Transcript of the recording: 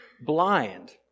Blind